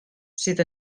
sydd